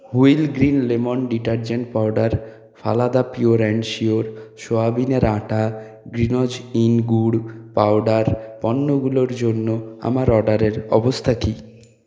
wheel green lemon detergent powder ফালাদা pure and sure সয়াবিনের আটা গুড় পাউডার পণ্যগুলোর জন্য আমার অর্ডারের অবস্থা কী